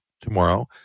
tomorrow